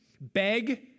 beg